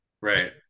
right